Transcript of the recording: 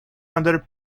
under